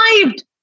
Survived